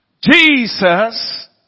Jesus